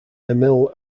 emil